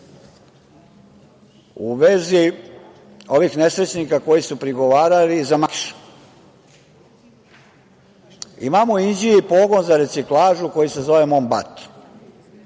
u vezi ovih nesrećnika koji su prigovarali za Makiš, imamo u Inđiji pogon za reciklažu koji se „Monbat“,